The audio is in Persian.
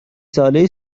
ساله